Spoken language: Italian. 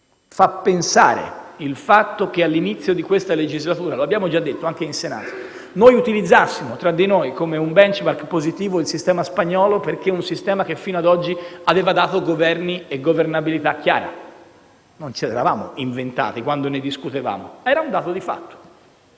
Fa pensare il fatto che all'inizio di questa legislatura - l'abbiamo già detto anche in Senato - utilizzassimo tra di noi come un *benchmark* positivo il sistema spagnolo, perché fino ad oggi aveva dato Governi e governabilità chiara; non ce l'eravamo inventato quando ne discutevamo, era un dato di fatto.